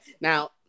now